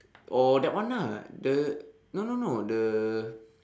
oh that one lah the no no no the